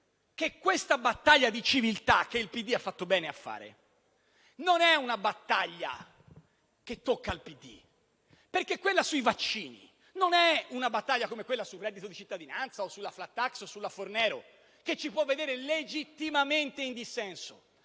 che questa battaglia di civiltà, che il PD ha fatto bene a fare, non è una battaglia che tocca al PD, perché quella sui vaccini non è una battaglia come quella sul reddito di cittadinanza o sulla *flat tax* o sulla cosiddetta legge Fornero, che ci possono vedere legittimamente in dissenso;